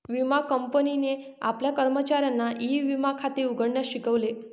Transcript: विमा कंपनीने आपल्या कर्मचाऱ्यांना ई विमा खाते उघडण्यास शिकवले